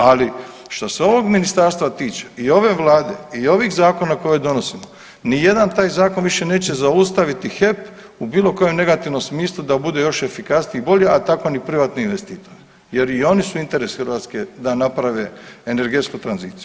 Ali što se ovog Ministarstva tiče, i ove Vlade i ovih zakona koje donosimo ni jedan taj zakon više neće zaustaviti HEP u bilo kojem negativnom smislu da bude još efikasniji i bolji, a tako ni privatni investitor jer i oni su interes Hrvatske da naprave energetsku tranziciju.